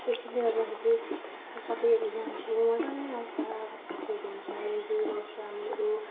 त्यसैले गर्दाखेरि अब सबैहरू जान्छु मजा पनि आउँछ अब साथीहरू हुन्छ इन्जोय गर्छु हामीहरू